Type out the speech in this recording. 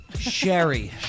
Sherry